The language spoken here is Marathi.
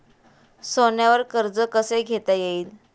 सोन्यावर कर्ज कसे घेता येईल?